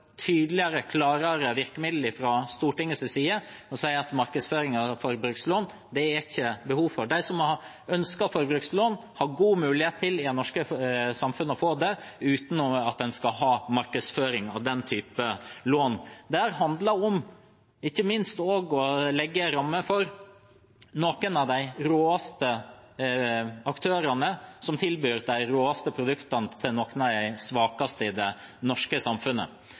De som ønsker forbrukslån, har god mulighet til å få det i det norske samfunnet, uten at en skal ha markedsføring av den typen lån. Dette handler ikke minst om å legge rammer for noen av de råeste aktørene, som tilbyr de råeste produktene til noen av de svakeste i det norske samfunnet.